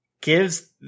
gives